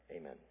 Amen